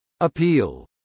Appeal